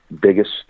biggest